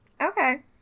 Okay